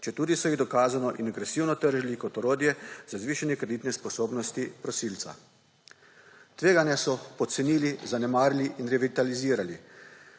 četudi so jih dokazano in agresivno tržili kot orodje za zvišanje kreditne sposobnosti prosilca. Tveganja so pocenili, zanemarili in revitalizirali.